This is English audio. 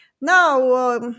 now